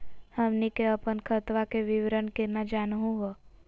हमनी के अपन खतवा के विवरण केना जानहु हो?